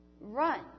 run